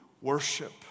worship